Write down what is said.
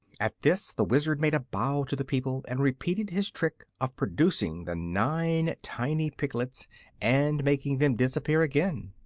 at this the wizard made a bow to the people and repeated his trick of producing the nine tiny piglets and making them disappear again.